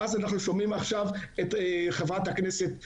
ואז אנחנו שומעים עכשיו את חברת הכנסת חיימוביץ'